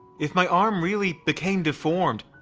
if my arm really became deformed,